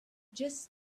just